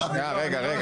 רגע, רגע.